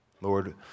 Lord